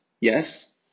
yes